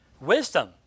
wisdom